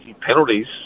penalties